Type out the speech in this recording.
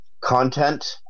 content